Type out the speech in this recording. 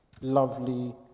lovely